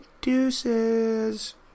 Deuces